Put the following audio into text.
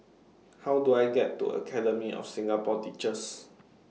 How Do I get to Academy of Singapore Teachers